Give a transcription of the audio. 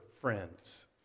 friends